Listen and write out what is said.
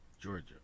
Georgia